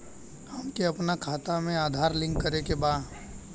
हमके अपना खाता में आधार लिंक करें के बा?